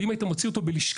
ואם היית מוציא אותו בלשכה,